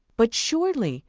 but, surely,